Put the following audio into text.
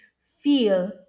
feel